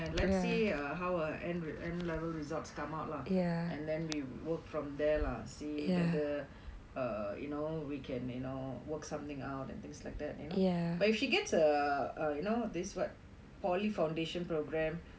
let's see how her N re~ level results come out lah and then we work from there lah see whether err you know we can you know work something out and things like that you know but if she gets err err you know this what polytechnic foundation program